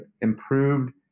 improved